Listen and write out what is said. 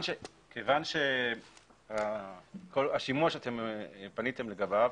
כיוון שהשימוע שפניתם לגביו